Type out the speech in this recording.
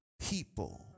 people